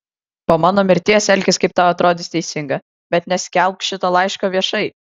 po mano mirties elkis kaip tau atrodys teisinga bet neskelbk šito laiško viešai